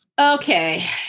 Okay